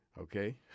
Okay